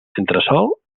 entresòl